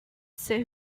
ser